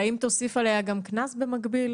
האם תוסיף עליה גם קנס במקביל?